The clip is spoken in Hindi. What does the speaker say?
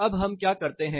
अब हम क्या करते हैं